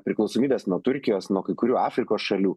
priklausomybes nuo turkijos nuo kai kurių afrikos šalių